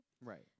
Right